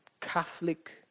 Catholic